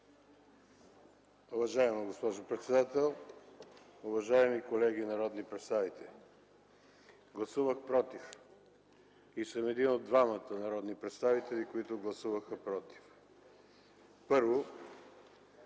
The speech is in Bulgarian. Уважаема госпожо председател, уважаеми колеги народни представители! Гласувах против и съм един от двамата народни представители, които гласуваха против. Първо,